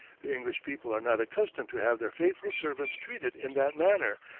the english people are not accustomed to have their faithful servants treated in that manner,